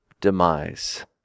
demise